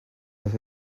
that